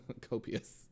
copious